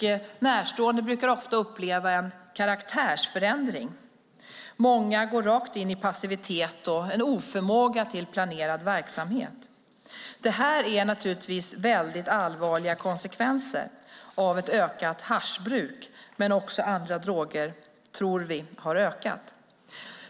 Närstående brukar ofta uppleva en karaktärsförändring. Många går rakt in i passivitet och en oförmåga till planerad verksamhet. Det här är naturligtvis väldigt allvarliga konsekvenser av ett ökat haschbruk, men vi tror att användningen av andra droger också har ökat.